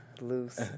loose